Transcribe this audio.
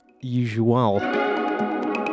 usual